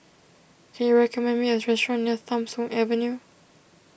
can you recommend me a restaurant near Tham Soong Avenue